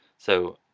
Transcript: so,